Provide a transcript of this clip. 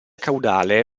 caudale